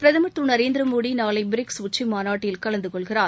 பிரதமர் திருநரேந்திரமோடிநாளைபிரிக்ஸ் உச்சிமாநாட்டில் கலந்தகொள்கிறார்